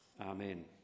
Amen